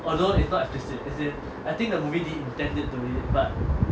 although it's not explicit as in I think the movie didn't intend it that way but